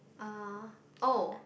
uh oh